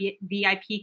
VIP